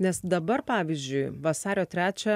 nes dabar pavyzdžiui vasario trečią